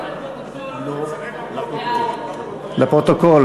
לפרוטוקול